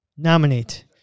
nominate